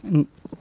mm